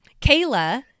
Kayla